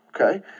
Okay